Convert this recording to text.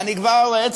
ואני כבר רואה,